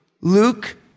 Luke